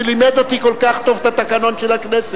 שלימד אותי כל כך טוב את התקנון של הכנסת,